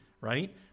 right